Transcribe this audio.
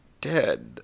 dead